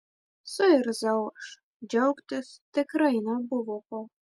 suirzau aš džiaugtis tikrai nebuvo ko